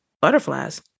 Butterflies